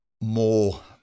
more